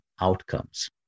outcomes